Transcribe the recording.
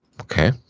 Okay